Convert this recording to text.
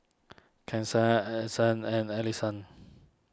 Kasen Addyson and Alesha